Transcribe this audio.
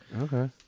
Okay